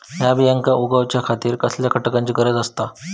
हया बियांक उगौच्या खातिर कसल्या घटकांची गरज आसता?